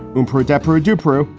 emporer adepero dupre.